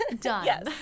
Done